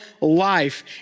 life